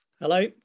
hello